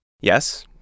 Yes